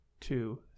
two